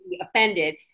offended